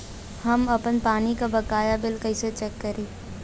हम आपन पानी के बकाया बिल कईसे चेक करी?